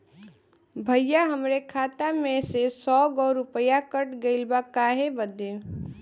भईया हमरे खाता मे से सौ गो रूपया कट गइल बा काहे बदे?